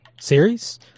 series